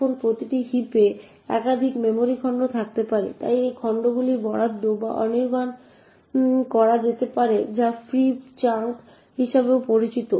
এখন প্রতিটি হিপে একাধিক মেমরি খণ্ড থাকতে পারে তাই এই খণ্ডগুলিকে বরাদ্দ বা অনির্বাণ করা যেতে পারে যা ফ্রি চাঙ্ক হিসাবেও পরিচিত